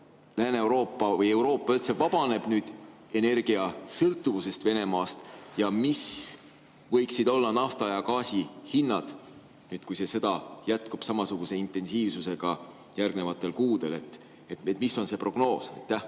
Lääne-Euroopa või Euroopa üldse vabaneb energiasõltuvusest Venemaast ja mis võiksid olla nafta ja gaasi hinnad, kui see sõda nüüd jätkub samasuguse intensiivsusega järgnevatel kuudel? Mis on see prognoos? Aitäh!